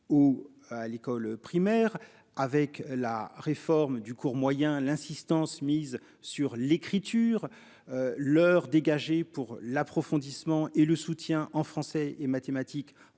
ou à l'école primaire avec la réforme du cours moyen l'insistance mise sur l'écriture. L'heure dégagé pour l'approfondissement et le soutien en français et mathématiques